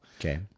Okay